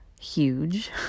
huge